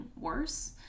worse